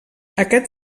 aquest